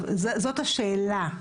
זאת השאלה.